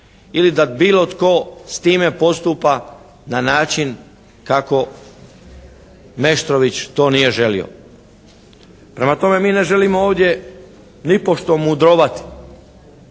ili da bilo tko s time postupa na način kako Meštrović nije to želio. Prema tome, mi ne želimo ovdje nipošto mudrovati.